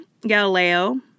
Galileo